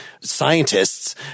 scientists